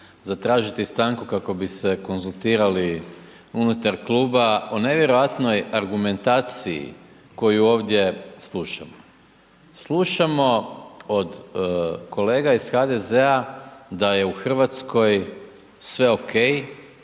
zatražiti stanku kako bi se konzultirali unutar Kluba o nevjerojatnoj argumentaciji koju ovdje slušamo. Slušamo od kolega iz HDZ-a da je u Hrvatskoj sve ok,